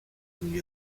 new